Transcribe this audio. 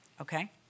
okay